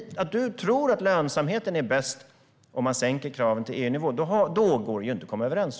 Du tror att lönsamheten blir bäst om vi sänker kraven till EU-nivå. Då tror jag inte att det går att komma överens.